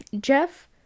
Jeff